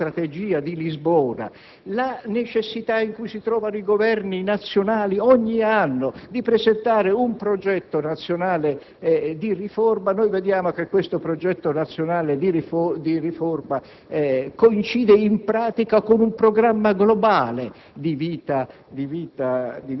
europea. D'altra parte, se valutiamo la fine struttura della strategia di Lisbona e la necessità in cui si trovano i Governi nazionali ogni anno di presentare un progetto nazionale di riforma, vediamo che questo progetto nazionale coincide